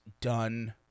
done